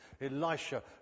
Elisha